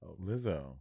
Lizzo